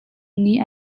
nih